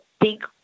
big